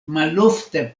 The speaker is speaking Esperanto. malofte